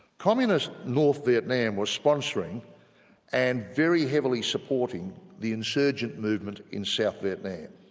communist north vietnam was sponsoring and very heavily supporting the insurgent movement in south vietnam.